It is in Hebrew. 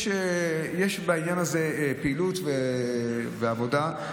יש בעניין הזה פעילות ועבודה.